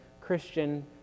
Christian